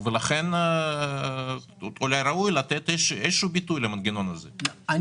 ולכן אולי ראוי לתת איזה שהוא ביטוי למנגנון הזה,